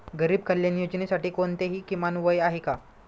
गरीब कल्याण योजनेसाठी कोणतेही किमान वय आहे का?